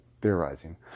theorizing